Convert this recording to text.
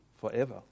forever